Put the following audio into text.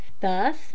Thus